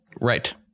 right